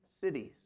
cities